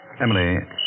Emily